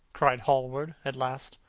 cried hallward, at last.